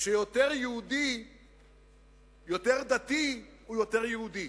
שיותר דתי הוא יותר יהודי,